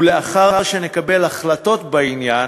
ולאחר שנקבל החלטות בעניין,